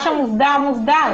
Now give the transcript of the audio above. מה שמוסדר מוסדר.